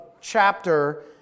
chapter